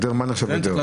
לא בחוק העזר הזה.